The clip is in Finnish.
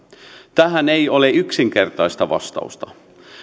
tähän ei ole yksinkertaista vastausta